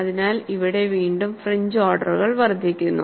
അതിനാൽ ഇവിടെ വീണ്ടും ഫ്രിഞ്ച് ഓർഡറുകൾ വർദ്ധിക്കുന്നു